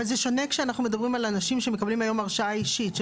אבל זה שונה כשאנחנו מדברים על אנשים שמקבלים היום הרשאה אישית.